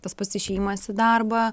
tas pats išėjimas į darbą